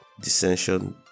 dissension